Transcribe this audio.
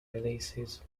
releases